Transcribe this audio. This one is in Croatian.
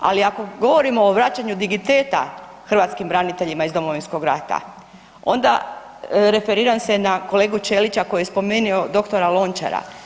Ali ako govorimo o vraćanju digniteta hrvatskim braniteljima iz Domovinskog rata onda referiram se na kolegu Ćelića koji je spomenuo dr. Lončara.